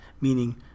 meaning